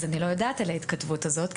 אז אני לא יודעת על ההתכתבות הזאת,